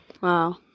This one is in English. Wow